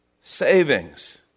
Savings